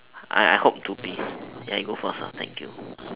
I I hope to be ya you go first thank you